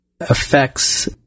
affects